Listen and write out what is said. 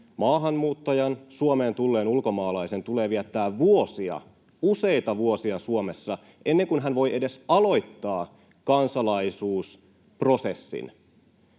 maahanmuuttajan, Suomeen tulleen ulkomaalaisen, tulee viettää vuosia, useita vuosia, Suomessa, ennen kuin hän voi edes aloittaa kansalaisuusprosessin.